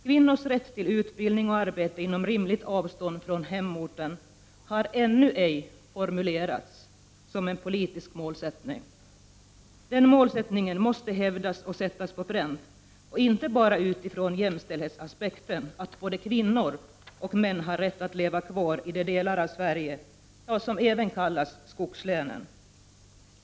Kvinnors rätt till utbildning och arbete inom rimligt avstånd från hemorten har ännu ej formulerats som en politisk målsättning. Denna målsättning måste hävdas och sättas på pränt, inte bara utifrån jämställdhetsaspekten att både kvinnor och män har rätt att leva kvar i de delar av Sverige som även kallas skogslänen.